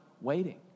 waiting